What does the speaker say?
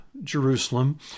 Jerusalem